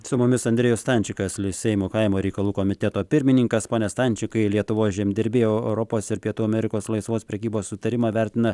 su mumis andriejus stančikas seimo kaimo reikalų komiteto pirmininkas pone stančikai lietuvos žemdirbiai eu europos ir pietų amerikos laisvos prekybos sutarimą vertina